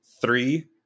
Three